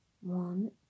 one